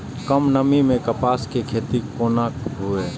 कम नमी मैं कपास के खेती कोना हुऐ?